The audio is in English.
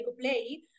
Play